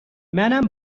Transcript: منم